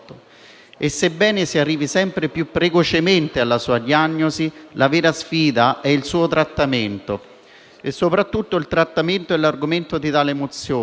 Sebbene si arrivi sempre più precocemente alla sua diagnosi, la vera sfida è il suo trattamento. Il trattamento è appunto l'argomento di tale mozione: